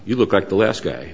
you look like the last guy